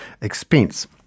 expense